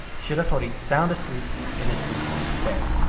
shiratori sound asleep in his futon bed.